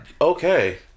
okay